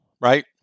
right